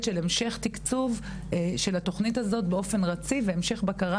של המשך תקצוב של התוכנית הזאת באופן רציף והמשך בקרה